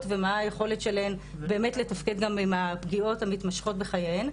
ומה היכולת שלהן באמת לתפקד גם עם הפגיעות המתמשכות בחייהן,